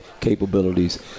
capabilities